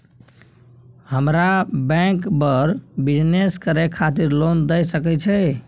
हमरा बैंक बर बिजनेस करे खातिर लोन दय सके छै?